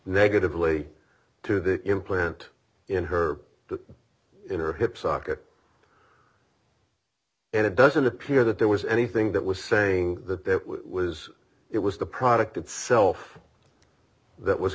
negatively to the implant in her the in her hip socket and it doesn't appear that there was anything that was saying that there was it was the product itself that was